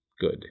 good